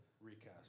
recast